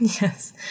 Yes